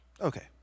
okay